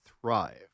Thrive